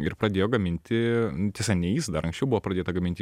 ir padėjo gaminti tiesa ne jis dar anksčiau buvo pradėta gaminti